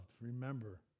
remember